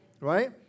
Right